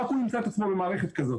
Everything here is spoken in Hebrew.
רק הוא ימצא את עצמו במערכת הזאת.